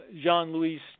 Jean-Louis